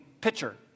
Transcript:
pitcher